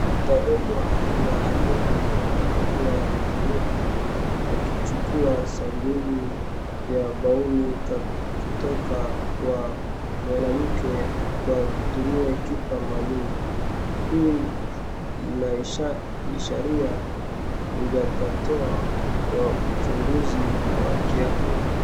Tabibu wa afya aliyevaa barakoa na glovu akichukua sanduku ya gauni kutoka kwa mwanamke wa kutumia kifaa maalum. Hii inaisharia mchakato wa uchunguzi wa afya.